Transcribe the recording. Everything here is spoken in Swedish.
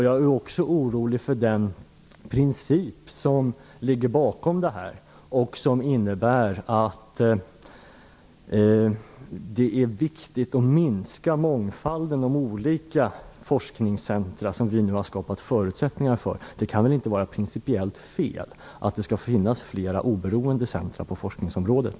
Jag är också orolig för den princip som ligger bakom detta och som innebär att det är viktigt att minska mångfalden av de olika forskningscentrum som vi nu har skapat förutsättningar för. Det kan väl inte vara principiellt fel med flera oberoende centrum på forskningsområdet.